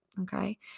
Okay